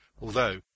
although